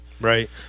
Right